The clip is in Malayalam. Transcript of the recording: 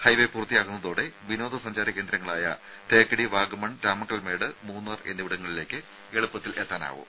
ഹൈവേ പൂർത്തിയാകുന്നതോടെ വിനോദ സഞ്ചാര കേന്ദ്രങ്ങളായ തേക്കടി വാഗമൺ രാമക്കൽമേട് മൂന്നാർ എന്നിവിടങ്ങളിലേക്ക് എളുപ്പത്തിൽ എത്താനാകും